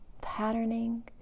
patterning